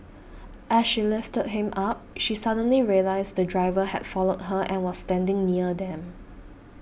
as she lifted him up she suddenly realised the driver had followed her and was standing near them